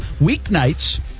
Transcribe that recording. Weeknights